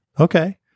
Okay